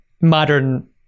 modern